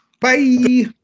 Bye